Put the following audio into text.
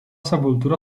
sepultura